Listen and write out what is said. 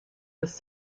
this